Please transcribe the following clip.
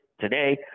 today